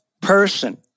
person